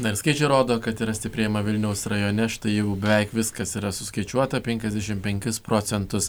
na skaičiai rodo kad yra stiprėjama vilniaus rajone štai jau beveik viskas yra suskaičiuota penkiasdešimt penkis procentus